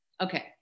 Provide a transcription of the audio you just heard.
Okay